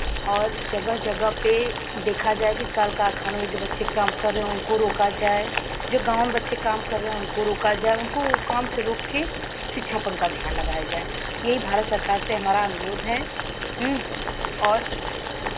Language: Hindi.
और जगह जगह पे देखा जाए कि कल कारखानो में जो बच्चे काम कर रहे हैं उनको रोका जाए जो गाँव में बच्चे काम कर रहे हैं उनको रोका जाए उनको काम से रोक के शिक्षा पर उनका ध्यान लगाया जाए ये भारत सरकार से हमारा अनुरोध है और